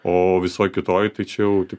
o visoj kitoj tai čia jau tik